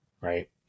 right